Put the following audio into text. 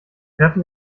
treffen